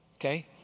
okay